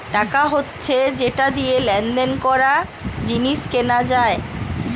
টাকা হচ্ছে যেটা দিয়ে লেনদেন করা, জিনিস কেনা যায়